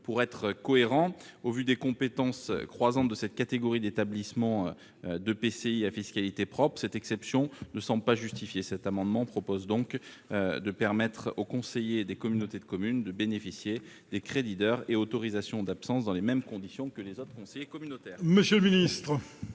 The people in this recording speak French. de communes. Au vu des compétences croissantes de cette catégorie d'établissements publics de coopération intercommunale à fiscalité propre, cette exception ne semble pas justifiée. Cet amendement vise donc à permettre aux conseillers des communautés de communes de bénéficier de crédits d'heures et d'autorisations d'absence dans les mêmes conditions que les autres conseillers communautaires.